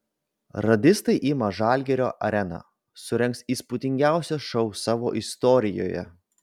radistai ima žalgirio areną surengs įspūdingiausią šou savo istorijoje